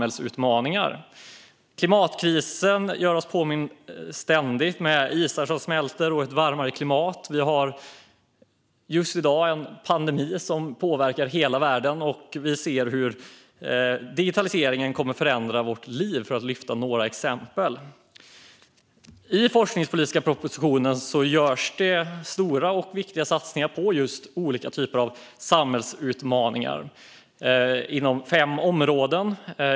Till exempel gör klimatkrisen sig ständigt påmind med isar som smälter och ett varmare klimat, en pandemi påverkar just nu hela världen och digitaliseringen håller på att förändra våra liv. I den forskningspolitiska propositionen görs stora och viktiga satsningar på samhällsutmaningar inom fem områden.